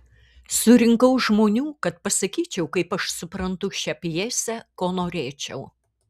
surinkau žmonių kad pasakyčiau kaip aš suprantu šią pjesę ko norėčiau